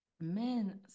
men